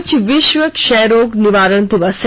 आज विश्व क्षयरोग निवारण दिवस है